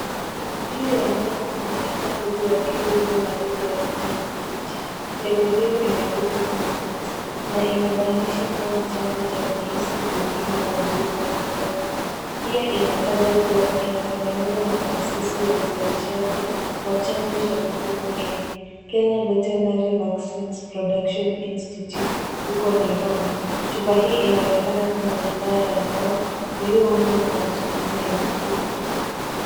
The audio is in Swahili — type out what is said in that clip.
Juu ya meza kuna chupa ndogo ya kiwi, iliyo na lebo ya kijani kibichi. Lebo hio imeandikwa BLUVAX na inabainisha kuwa ni chanjo cha virusi vya ulimi wa bluu kwa kondoo. Pia inataja kuwa imetengenezwa na taasisi ya uzalishaji wa chanjo cha mifugo Kenya, Kenya Verterinary Vaccines Production Institute, huko Nairobi. Chupa hii inaoenekana kama bidhaa ya dawa, iliyoundwa kwa matumizi ya mifugo.